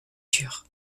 dur